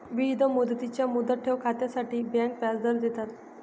विविध मुदतींच्या मुदत ठेव खात्यांसाठी बँका व्याजदर देतात